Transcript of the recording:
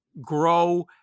grow